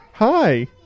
Hi